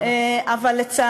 תודה לשר